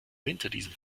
winterdiesel